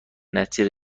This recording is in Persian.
نتیجه